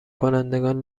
کنندگان